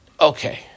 Okay